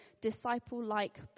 disciple-like